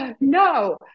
no